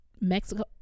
Mexico